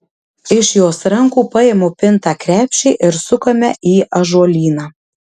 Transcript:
iš jos rankų paimu pintą krepšį ir sukame į ąžuolyną